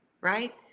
Right